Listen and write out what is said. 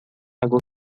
água